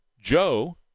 Joe